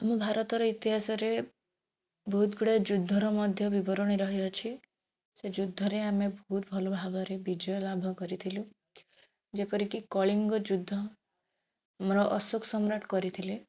ଆମ ଭାରତର ଇତିହାସରେ ବହୁତ ଗୁଡ଼ାଏ ଯୁଦ୍ଧର ମଧ୍ୟ ବିବରଣୀ ରହିଅଛି ସେ ଯୁଦ୍ଧରେ ଆମେ ବହୁତ୍ ଭଲ ଭାବରେ ବିଜୟ ଲାଭ କରିଥିଲୁ ଯେପରିକି କଳିଙ୍ଗ ଯୁଦ୍ଧ ଆମର ଅଶୋକ ସମ୍ରାଟ କରିଥିଲେ